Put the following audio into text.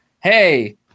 Hey